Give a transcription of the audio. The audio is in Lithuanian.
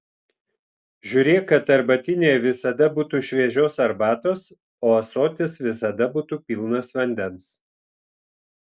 žiūrėk kad arbatinyje visada būtų šviežios arbatos o ąsotis visada būtų pilnas vandens